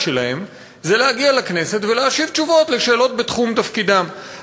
שלהם זה להגיע לכנסת ולהשיב תשובות על שאלות בתחום תפקידם.